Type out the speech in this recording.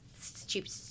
stupid